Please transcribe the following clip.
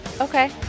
Okay